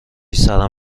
سرم